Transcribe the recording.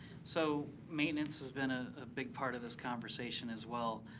so maintenance has been a ah big part of this conversation, as well.